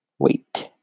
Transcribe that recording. Wait